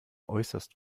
äußerst